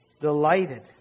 Delighted